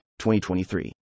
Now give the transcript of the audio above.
2023